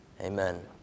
Amen